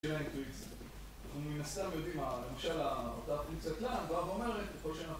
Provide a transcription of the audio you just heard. אנחנו מן הסתם, יודעים, הממשלה אותה תמצאת לאן באה ואומרת, ככל שאנחנו נכנסים לזה